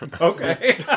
Okay